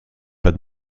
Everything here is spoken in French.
pas